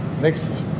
Next